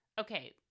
Okay